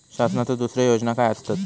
शासनाचो दुसरे योजना काय आसतत?